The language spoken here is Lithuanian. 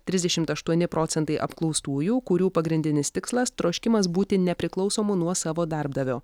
trisdešimt aštuoni procentai apklaustųjų kurių pagrindinis tikslas troškimas būti nepriklausomu nuo savo darbdavio